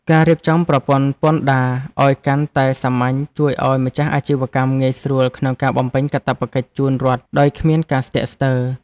ការរៀបចំប្រព័ន្ធពន្ធដារឱ្យកាន់តែសាមញ្ញជួយឱ្យម្ចាស់អាជីវកម្មងាយស្រួលក្នុងការបំពេញកាតព្វកិច្ចជូនរដ្ឋដោយគ្មានការស្ទាក់ស្ទើរ។